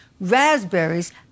raspberries